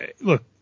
look